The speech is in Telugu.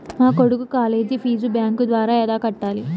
మా కొడుకు కాలేజీ ఫీజు బ్యాంకు ద్వారా ఎలా కట్టాలి?